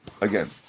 again